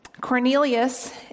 Cornelius